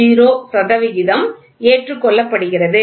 10 சதவிகிதம் ஏற்றுக்கொள்ளப்படுகிறது